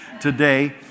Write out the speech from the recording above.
today